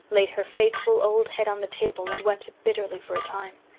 laid her faithful old head on the table and wept bitterly for a time.